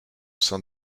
sein